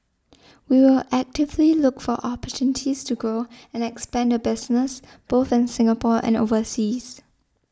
we will actively look for opportunities to grow and expand the business both in Singapore and overseas